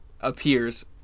appears